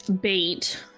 bait